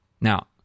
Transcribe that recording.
Now